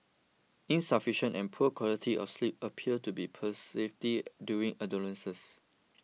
insufficient and poor quality of sleep appear to be during adolescence